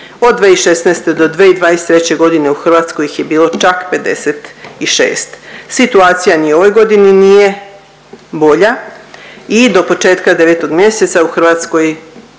od 2016. do 2023. godine u Hrvatskoj ih je bilo čak 56. Situacija ni u ovoj godini nije bolja i do početka 9. mjeseca u Hrvatskoj